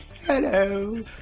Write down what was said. Hello